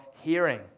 hearing